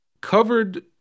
covered